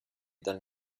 dal